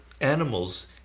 animals